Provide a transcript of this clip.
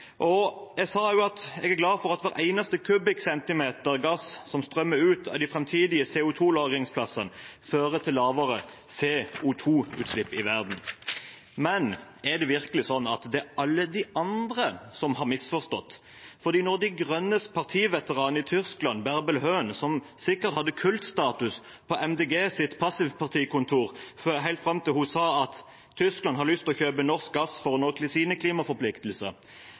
Jeg sa at jeg var glad for at hver eneste kubikkcentimeter gass som strømmer ut fra de framtidige CO2-lagringsplassene, fører til lavere CO2-utslipp i verden. Er det virkelig slik at det er alle de andre som har misforstått når De Grønnes partiveteran i Tyskland Bärbel Höhn, som fram til da sikkert hadde kultstatus på Miljøpartiet De Grønnes partikontor, sa at Tyskland hadde lyst til å kjøpe norsk gass for å oppfylle sine klimaforpliktelser,